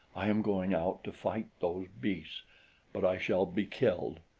i am going out to fight those beasts but i shall be killed.